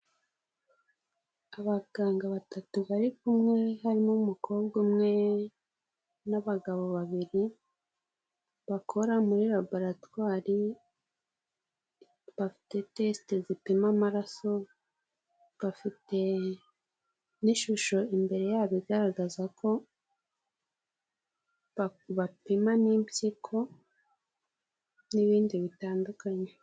Abaganga batatu bari kumwe harimo umukobwa umwe n'abagabo babiri bakora muri laboratwari, bafite tesite zipima amaraso, bafite n'ishusho imbere yabo igaragaza ko bapima n'impyiko n'ibindi bitandukanye.